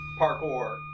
parkour